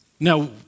Now